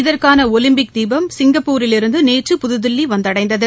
இதற்கான ஒலிம்பிக் தீபம் சிங்கப்பூரிலிருந்து நேற்று புதுதில்லி வந்தடைந்தது